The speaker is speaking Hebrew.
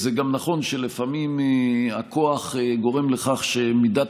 זה גם נכון שלפעמים הכוח גורם לכך שמידת